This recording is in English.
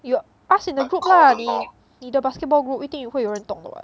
you ask in the group lah 你的 basketball group 一定会有人懂的 [what]